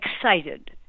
excited